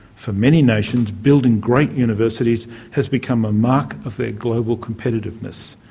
for many nations, building great universities has become a mark of their global competitiveness.